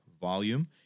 volume